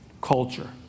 Culture